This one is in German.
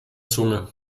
zunge